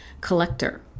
collector